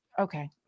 okay